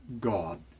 God